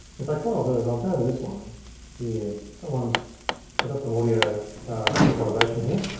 in fact, what i'll do is i'll go to this one here, cause that one's, i got some audio equalization here.